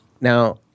Now